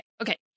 Okay